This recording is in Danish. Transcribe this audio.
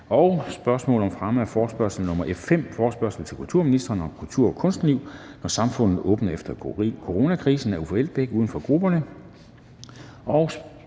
5) Spørgsmål om fremme af forespørgsel nr. F 5: Forespørgsel til kulturministeren om kultur- og kunstliv, når samfundet åbner efter coronakrisen. Af Uffe Elbæk (UFG). (Anmeldelse